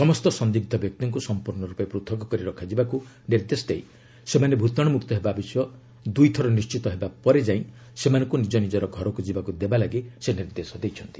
ସମସ୍ତ ସନ୍ଦିଗ୍ଧ ବ୍ୟକ୍ତିଙ୍କୁ ସମ୍ପର୍ଣ୍ଣ ରୂପେ ପୃଥକ୍ କରି ରଖାଯିବାକୁ ନିର୍ଦ୍ଦେଶ ଦେଇ ସେମାନେ ଭୂତାଶୁମୁକ୍ତ ହେବା ବିଷୟ ଦୁଇ ଥର ନିର୍ଣ୍ଣିତ ହେବା ପରେ ଯାଇ ସେମାନଙ୍କୁ ନିଜ ନିଜର ଘରକୁ ଯିବାକୁ ଦେବାପାଇଁ ସେ ନିର୍ଦ୍ଦେଶ ଦେଇଛନ୍ତି